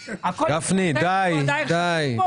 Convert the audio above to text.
גפני, די, די.